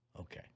Okay